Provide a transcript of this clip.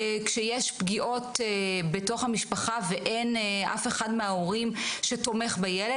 כשיש פגיעות בתוך המשפחה ואין הורה שתומך בילד.